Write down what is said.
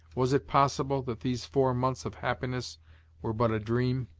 was it possible that these four months of happiness were but a dream?